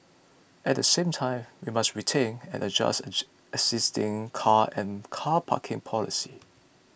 at the same time we must rethink and adjust age existing car and car parking policies